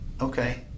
okay